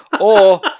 or-